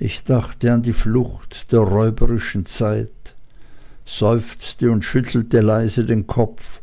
ich dachte an die flucht der räuberischen zeit seufzte und schüttelte leise den kopf